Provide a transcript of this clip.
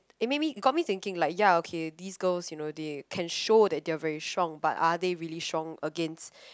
it made me it got me thinking like ya okay these girls you know they can show they are very strong but are they really strong against